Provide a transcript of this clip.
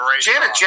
Janet